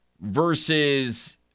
versus